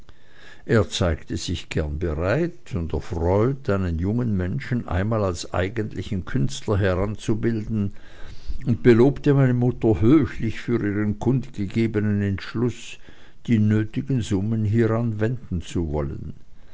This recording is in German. er zeigte sich gern bereit und erfreut einen jungen menschen einmal als eigentlichen künstler heranzubilden und belobte meine mutter höchlich für ihren kundgegebenen entschluß die nötigen summen hieran wenden zu wollen